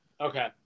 Okay